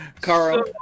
Carl